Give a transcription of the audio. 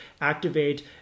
activate